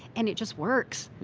and it just works.